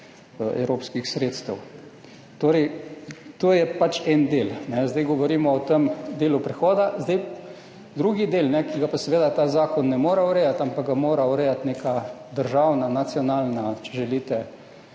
evropskih sredstev. Torej, to je pač en del. Zdaj govorimo o tem delu prehoda. Drugi del, ki ga pa seveda ta zakon ne more urejati, ampak ga mora urejati neka državna, nacionalna strategija